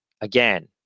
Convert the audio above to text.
Again